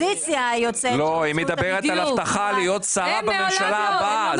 היא מדברת על הבטחה להיות שרה בממשלה הבאה.